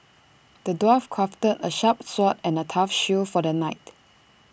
the dwarf crafted A sharp sword and A tough shield for the knight